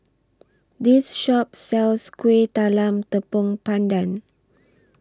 This Shop sells Kueh Talam Tepong Pandan